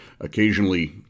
occasionally